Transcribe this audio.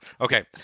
Okay